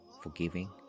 forgiving